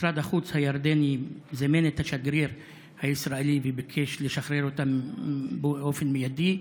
משרד החוץ הירדני זימן את השגריר הישראלי וביקש לשחרר אותם באופן מיידי.